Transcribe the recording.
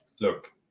look